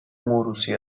موروثی